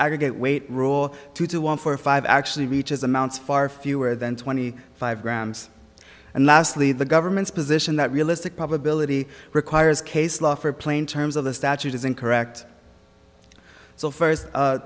aggregate weight rule to do one for five actually reaches amounts far fewer than twenty five grams and lastly the government's position that realistic probability requires case law for plain terms of the statute is incorrect so first